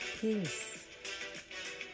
Peace